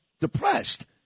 depressed